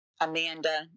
Amanda